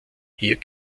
hier